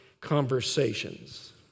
conversations